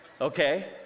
okay